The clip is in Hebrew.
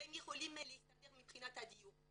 והם יכולים להסתדר מבחינת הדיור.